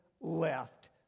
left